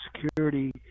Security